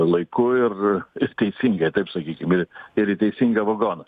laiku ir teisingai taip sakykim ir ir į teisingą vagoną